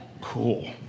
Cool